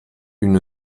une